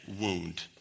wound